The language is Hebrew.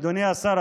אדוני השר,